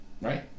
right